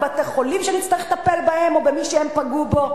בתי-חולים שנצטרך לטפל בהם או במי שהם פגעו בו,